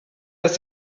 jest